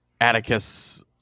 Atticus